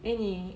then 你